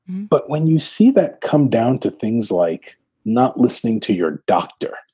but when you see that come down to things like not listening to your doctor.